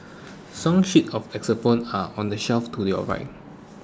song sheets of xylophones are on the shelf to your right